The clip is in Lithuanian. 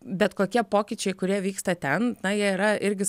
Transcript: bet kokie pokyčiai kurie vyksta ten na jie yra irgi